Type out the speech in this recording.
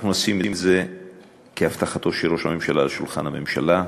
אנחנו עושים את זה כהבטחתו של ראש הממשלה ליד שולחן הממשלה.